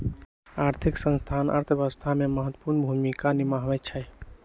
आर्थिक संस्थान अर्थव्यवस्था में महत्वपूर्ण भूमिका निमाहबइ छइ